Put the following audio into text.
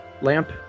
lamp